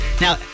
Now